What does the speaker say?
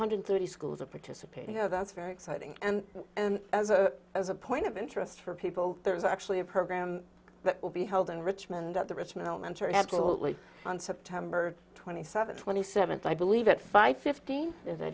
hundred thirty schools are participating that's very exciting and as a point of interest for people there is actually a program that will be held in richmond at the richmond elementary absolutely on september twenty seventh twenty seventh i believe at five fifteen if i